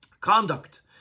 conduct